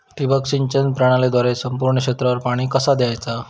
ठिबक सिंचन प्रणालीद्वारे संपूर्ण क्षेत्रावर पाणी कसा दयाचा?